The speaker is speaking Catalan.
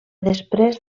després